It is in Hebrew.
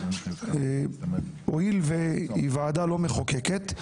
הואיל והיא ועדה לא מחוקקת,